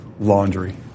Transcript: Laundry